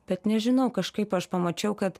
bet nežinau kažkaip aš pamačiau kad